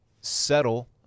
settle